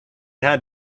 had